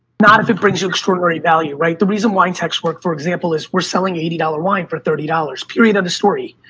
not if it brings you extraordinary value, right? the reason wine text work, for example, is we're selling eighty dollars wine for thirty dollars. period of the story.